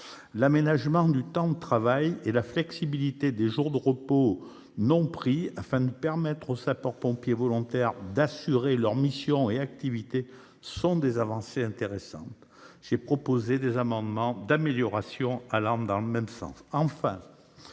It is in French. l'aménagement du temps de travail et la flexibilité des jours de repos non pris afin de permettre aux sapeurs-pompiers volontaires d'assurer leurs missions et activités sont des avancées intéressantes. Je proposerai des amendements d'amélioration allant dans le même sens.